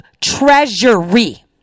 treasury